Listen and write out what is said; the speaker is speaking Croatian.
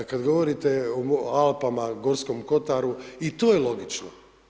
Kada govorite o Alpama, Gorskom kotaru i to je logično.